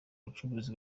ubucuruzi